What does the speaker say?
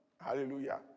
Hallelujah